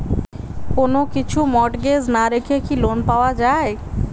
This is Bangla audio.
কোন কিছু মর্টগেজ না রেখে কি লোন পাওয়া য়ায়?